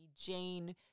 Jane